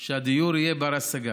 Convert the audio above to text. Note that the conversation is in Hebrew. שהדיור יהיה בר-השגה.